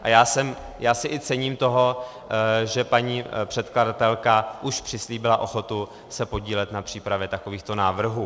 A já si i cením toho, že paní předkladatelka už přislíbila ochotu se podílet na přípravě takovýchto návrhů.